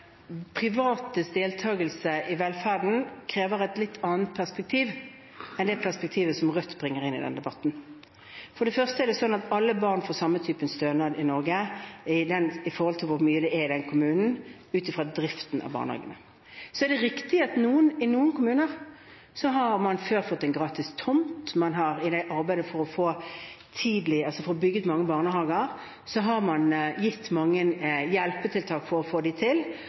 privates deltakelse i velferden krever et litt annet perspektiv enn det perspektivet som Rødt bringer inn i den. For det første er det sånn at alle barn får samme type stønad i Norge, i forhold til hvordan det er i kommunen, ut fra driften av barnehagene. Så er det riktig at i noen kommuner har man – før – fått en gratis tomt. I arbeidet med å få bygd flere barnehager har man hatt mange hjelpetiltak for å få det til.